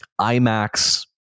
IMAX